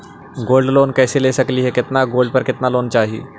Gold loan कैसे ले सकली हे, कितना गोल्ड पर कितना लोन चाही?